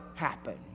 happen